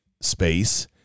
space